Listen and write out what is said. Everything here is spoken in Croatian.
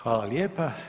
Hvala lijepa.